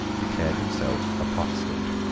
declared himself a protestant.